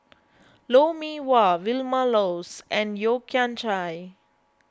Lou Mee Wah Vilma Laus and Yeo Kian Chai